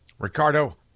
Ricardo